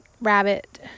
Rabbit